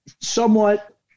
somewhat